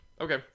okay